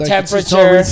Temperature